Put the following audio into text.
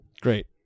great